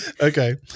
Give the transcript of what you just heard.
Okay